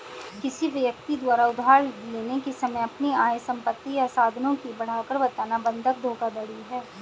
किसी व्यक्ति द्वारा उधार लेने के समय अपनी आय, संपत्ति या साधनों की बढ़ाकर बताना बंधक धोखाधड़ी है